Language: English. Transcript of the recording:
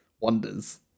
wonders